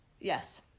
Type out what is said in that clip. Yes